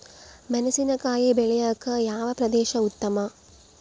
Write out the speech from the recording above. ಮೆಣಸಿನಕಾಯಿ ಬೆಳೆಯೊಕೆ ಯಾವ ಪ್ರದೇಶ ಉತ್ತಮ?